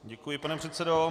Děkuji, pane předsedo.